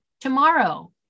tomorrow